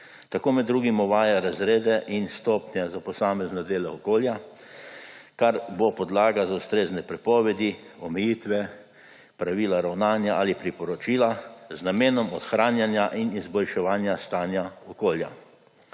Tako med drugim uvaja razrede in stopnje za posamezne dele okolja, kar bo podlaga za ustrezne prepovedi, omejitve, pravila ravnanja ali priporočila z namenom ohranjanja in izboljševanja stanja okolja.